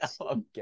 Okay